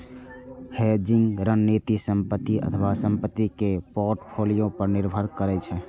hedging रणनीति संपत्ति अथवा संपत्ति के पोर्टफोलियो पर निर्भर करै छै